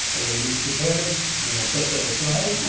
release the tabs. then we'll set that aside.